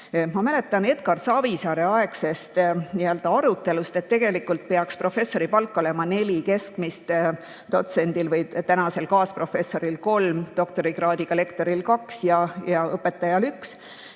Ma mäletan Edgar Savisaare aegsest arutelust, et tegelikult peaks professori palk olema neli keskmist palka, dotsendil või kaasprofessoril kolm, doktorikraadiga lektoril kaks ja õpetajal üks.